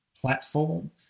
platform